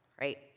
right